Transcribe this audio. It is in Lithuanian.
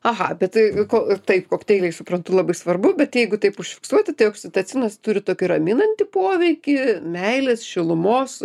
aha apie tai ko taip kokteiliai suprantu labai svarbu bet jeigu taip užfiksuoti tai oksitocinas turi tokį raminantį poveikį meilės šilumos